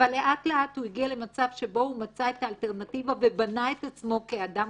אבל לאט לאט הוא הגיע למצב שבו הוא מצא את האלטרנטיבה ובנה את עצמו כאדם